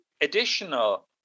additional